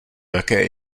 jaké